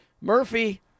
Murphy